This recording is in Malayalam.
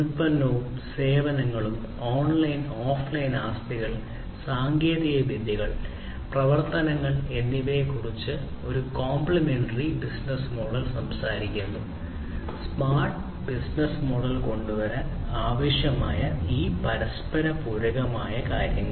ഉൽപ്പന്നവും സേവനങ്ങളും ഓൺലൈൻ ഓഫ്ലൈൻ ആസ്തികൾ സാങ്കേതികവിദ്യകൾ പ്രവർത്തനങ്ങൾ എന്നിവയെക്കുറിച്ച് കോംപ്ലിമെന്ററി ബിസിനസ്സ് മോഡൽ സംസാരിക്കുന്നു സ്മാർട്ട് ബിസിനസ്സ് മോഡൽ കൊണ്ടുവരാൻ ആവശ്യമായ ഈ പരസ്പര പൂരക കാര്യങ്ങൾ